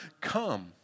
come